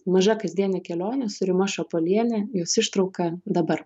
maža kasdienė kelionė su rima šapalienė jos ištrauka dabar